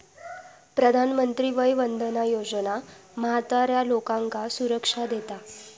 प्रधानमंत्री वय वंदना योजना म्हाताऱ्या लोकांका सुरक्षा देता